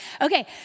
Okay